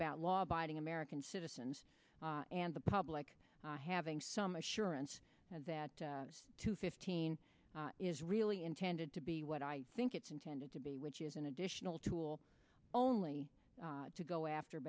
about law abiding american citizens and the public having some assurance that to fifteen is really intended to be what i think it's intended to be which is an additional tool only to go after